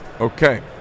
Okay